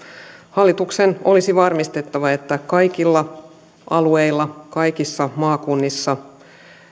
hallituksen olisi varmistettava että kaikilla alueilla kaikissa maakunnissa